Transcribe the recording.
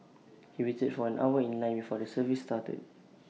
he waited for an hour in line before the service started